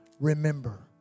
remember